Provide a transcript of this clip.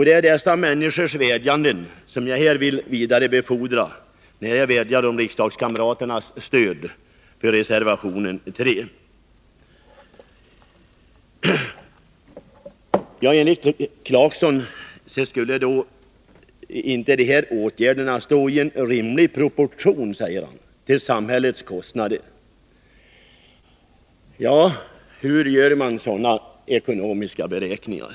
Det är dessa människors vädjanden som jag vill vidarebefordra, när jag ber om riksdagskamraternas stöd för reservation nr K Enligt Rolf Clarkson skulle inte effekterna av dessa åtgärder stå i en rimlig proportion till samhällets kostnader. Hur gör man sådana ekonomiska beräkningar?